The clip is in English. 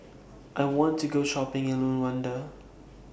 I want to Go Shopping in Luanda